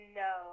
no